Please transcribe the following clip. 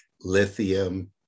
lithium